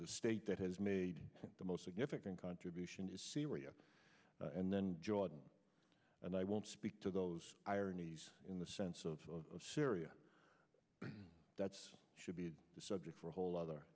the state that has made the most significant contribution is syria and then jordan and i want to speak to those ironies in the sense of syria that's should be the subject for a whole other